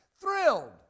thrilled